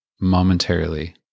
momentarily